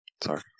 Sorry